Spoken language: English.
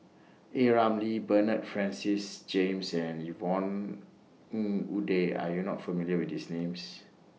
A Ramli Bernard Francis James and Yvonne Ng Uhde Are YOU not familiar with These Names